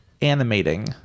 animating